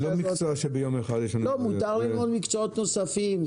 זה לא מקצוע שביום אחד --- מותר ללמוד מקצועות נוספים,